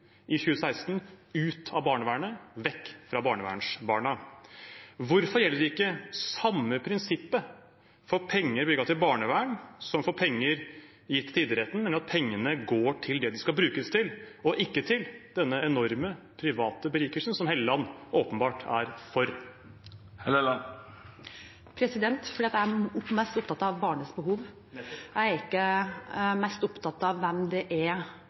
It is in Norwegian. i 2016 – ut av barnevernet, vekk fra barnevernsbarna. Hvorfor gjelder ikke det samme prinsippet for penger bevilget til barnevern som for penger gitt til idretten, nemlig at pengene går til det de skal brukes til, og ikke til denne enorme private berikelsen, som Hofstad Helleland åpenbart er for? Fordi jeg er mest opptatt av barnets behov – jeg er ikke mest opptatt av hvem det er